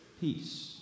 peace